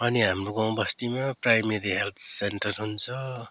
अनि हाम्रो गाउँ बस्तीमा प्राइमेरी हेल्थ सेन्टर हुन्छ